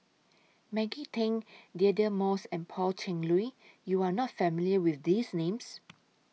Maggie Teng Deirdre Moss and Pan Cheng Lui YOU Are not familiar with These Names